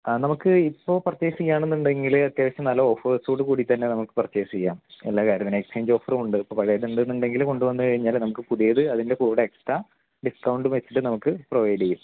നമുക്ക് ഇപ്പോൾ പർച്ചെയ്സ് ചെയ്യുകയാണെന്നുണ്ടെങ്കിൽ അത്യാവശ്യം നല്ല ഓഫേഴ്സോട് കൂടിത്തന്നെ നമുക്ക് പർച്ചെയ്സ ചെയ്യാം എല്ലാകാര്യത്തിനും എക്സ്ചേഞ്ച് ഓഫറും ഉണ്ട് ഇപ്പോൾ പഴയതുണ്ടെന്നുണ്ടെങ്കിൽ കൊണ്ട് വന്ന് കഴിഞ്ഞാൽ നമുക്ക് പുതിയത് അതിൻ്റെ കൂടെ എക്സ്ട്രാ ഡിസ്ക്കൗണ്ട് വെച്ചിട്ട് നമുക്ക് പ്രൊവൈഡ് ചെയ്യും